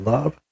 Love